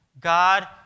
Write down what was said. God